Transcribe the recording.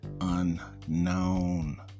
Unknown